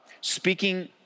speaking